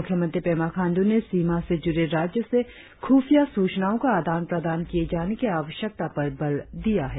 मुख्यमंत्री पेमा खाण्ड्र ने सीमा से जुड़े राज्यों से खुफिया सूचनाओं का आदान प्रदान किए जाने की आवश्यकता पर बल दिया है